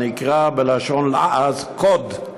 הנקרא בלשון לעז "קוד".